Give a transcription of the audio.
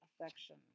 affection